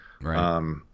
Right